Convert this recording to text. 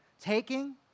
taking